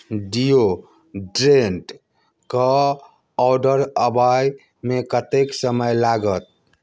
डिओड्रेन्टके order आबैमे कतेक समय लागत